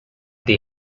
the